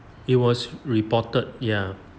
it was reported ya